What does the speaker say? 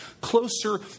closer